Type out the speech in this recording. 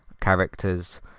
characters